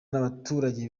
n’abaturage